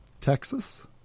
Texas